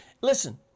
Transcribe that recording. Listen